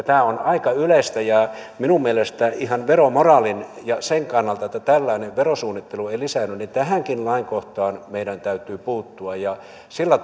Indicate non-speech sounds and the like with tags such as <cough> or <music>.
<unintelligible> tämä on aika yleistä ja minun mielestäni ihan veromoraalin ja sen kannalta että tällainen verosuunnittelu ei lisäänny tähänkin lainkohtaan meidän täytyy puuttua ja sillä <unintelligible>